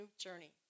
journey